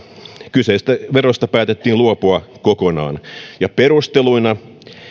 kyseisestä verosta päätettiin luopua kokonaan perusteluina